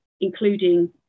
including